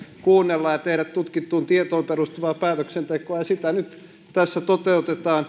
kuunnella ja tehdä tutkittuun tietoon perustuvaa päätöksentekoa sitä nyt tässä toteutetaan